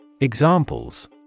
Examples